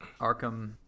Arkham